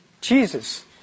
Jesus